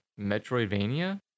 metroidvania